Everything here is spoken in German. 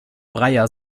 breyer